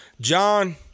John